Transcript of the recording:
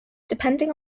depending